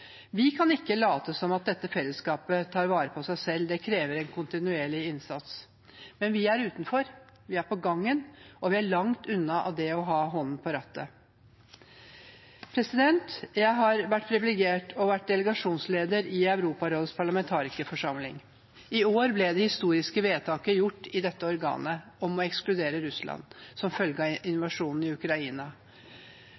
Vi kan ikke late som at dette fellesskapet tar vare på seg selv. Det krever en kontinuerlig innsats. Men vi er utenfor, vi er på gangen, og vi er langt unna det å ha hånden på rattet. Jeg har vært så privilegert å få være delegasjonsleder til Europarådets parlamentarikerforsamling. I år ble det historiske vedtaket gjort i dette organet om å ekskludere Russland som følge av